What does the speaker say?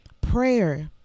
Prayer